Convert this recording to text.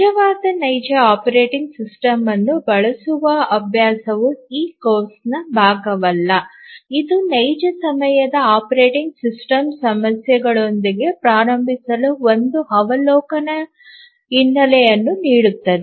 ನಿಜವಾದ ನೈಜ operating system ಅನ್ನು ಬಳಸುವ ಅಭ್ಯಾಸವು ಈ ಕೋರ್ಸ್ನ ಭಾಗವಲ್ಲ ಇದು ನೈಜ ಸಮಯದ ಆಪರೇಟಿಂಗ್ ಸಿಸ್ಟಮ್ ಸಮಸ್ಯೆಗಳೊಂದಿಗೆ ಪ್ರಾರಂಭಿಸಲು ಒಂದು ಅವಲೋಕನ ಹಿನ್ನೆಲೆಯನ್ನು ನೀಡುತ್ತದೆ